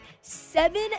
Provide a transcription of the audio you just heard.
seven